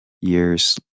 years